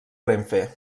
renfe